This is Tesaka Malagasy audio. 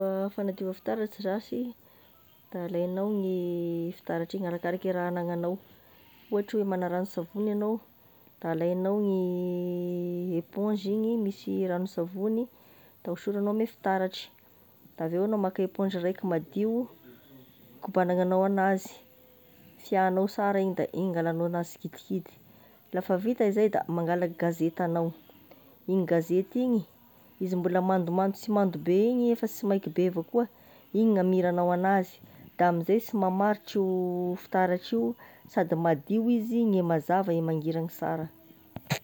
Gne fagnadiova fitaratry zashy, da alainao gne fitaratry igny arakaraky e raha raha agnagnanao, ohatry oe magna ranon-savogny anao, da alainao gne eponge igny misy ranon-savogny, da osoranao ame fitaratry de avy eo enao maka eponge raiky madio, kobagnanagnao enazy, fiahanao sara igny de igny angalanao anazy, tsikidikidy la fa vita zey de mangalaky gazety anao, igny gazety igny, izy mbola mandomando sy mando be igny, nefa sy maiky be avao koa igny gn'amiranao anazy, da amin'izay sy mamaritry io fitaratry io, sady madio izy, gne mazava e mangirany sara.